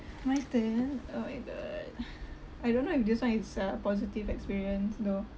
my turn oh my god I don't know if this one is a positive experience though